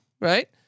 right